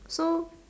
so